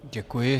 Děkuji.